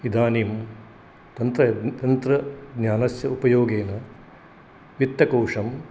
इदानीं तन्त्र तन्त्रज्ञानस्य उपयोगेन वित्तकोशं